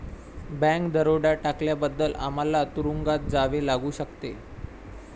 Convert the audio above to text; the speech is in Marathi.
बँक दरोडा टाकल्याबद्दल आम्हाला तुरूंगात जावे लागू शकते